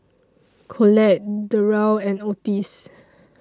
Colette Derl and Otis